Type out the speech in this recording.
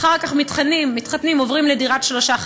אחר כך מתחתנים ועוברים לדירת שלושה חדרים,